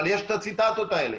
אבל יש את הציטטות האלה.